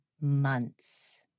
months